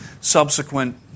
subsequent